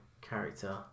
character